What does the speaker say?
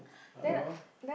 hello